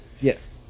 Yes